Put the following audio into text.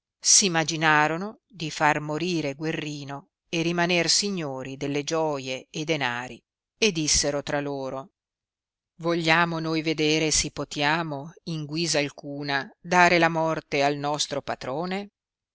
s imaginorono di far morire guerrino e rimaner signori delle gioie e danari e dissero tra loro vogliamo noi vedere si potiamo in guisa alcuna dare la morte al nostro patrone